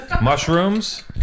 mushrooms